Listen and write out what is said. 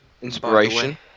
inspiration